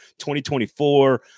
2024